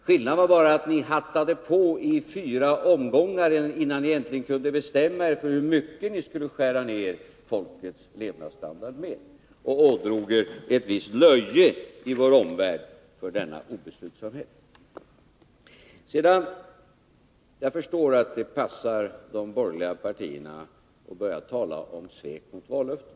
Skillnaden är bara att ni hattade med detta i fyra omgångar, innan ni äntligen kunde bestämma er för hur mycket ni skulle skära ner folkets levnadsstandard, och ni ådrog er ett visst löje i vår omvärld för denna obeslutsamhet. Jag förstår att det passar de borgerliga partierna att börja tala om svikna vallöften.